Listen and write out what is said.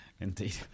Indeed